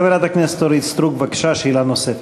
חברת הכנסת אורית סטרוק, בבקשה, שאלה נוספת.